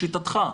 לשיטתך,